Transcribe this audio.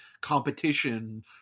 competition